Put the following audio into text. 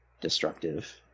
destructive